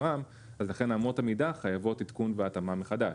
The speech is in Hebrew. ולכן אמות המידה חייבות עדכון והתאמה מחדש